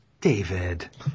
David